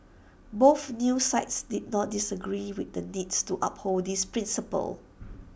both news sites did not disagree with the needs to uphold this principle